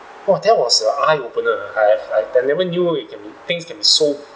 !wah! that was a eye-opener uh I've I then never knew it can be things can be so